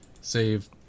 save